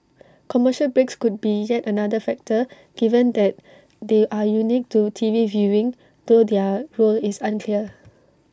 commercial breaks could be yet another factor given that they are unique to T V viewing though their role is unclear